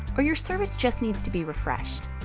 or your service just needs to be refreshed.